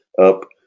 up